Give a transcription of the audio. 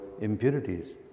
impurities